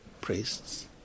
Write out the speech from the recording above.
priests